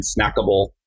snackable